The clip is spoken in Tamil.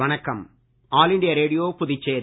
வணக்கம் ஆல் இண்டியா ரேடியோபுதுச்சேரி